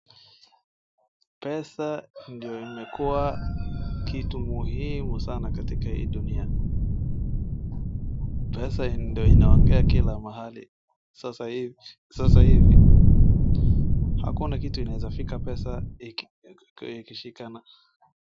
Pesa ndio imekuwa kitu muhimu sana katika hii dunia. Pesa ndio inaongea kila mahali. Sasa hivi akuna kitu inaeza fika pesa ikishikana.